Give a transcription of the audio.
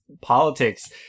politics